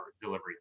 delivery